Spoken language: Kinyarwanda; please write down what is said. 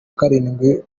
karindwi